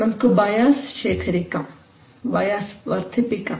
നമുക്ക് ബയാസ് ശേഖരിക്കാം ബയാസ് വർദ്ധിപ്പിക്കാം